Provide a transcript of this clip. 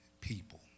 people